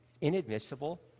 inadmissible